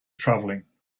travelling